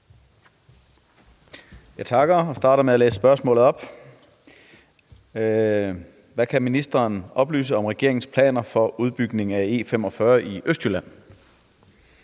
Jeg takker og starter med at læse spørgsmålet op: Hvad kan ministeren oplyse om regeringens planer for udbygning af E45 i Østjylland?